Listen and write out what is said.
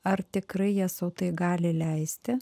ar tikrai jie sau tai gali leisti